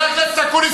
חבר הכנסת אקוניס,